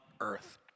earth